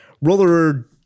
Roller